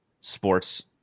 sports